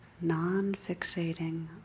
non-fixating